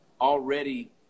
already